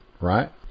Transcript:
right